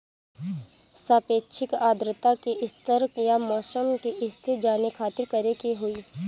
सापेक्षिक आद्रता के स्तर या मौसम के स्थिति जाने खातिर करे के होई?